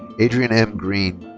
adrian m. green.